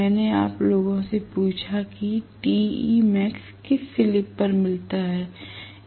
मैंने आप लोगों से पूछा कि Temax किस स्लिप पर मिलता है